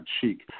cheek